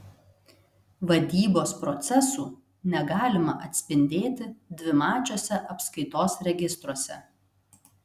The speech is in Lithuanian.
vadybos procesų negalima atspindėti dvimačiuose apskaitos registruose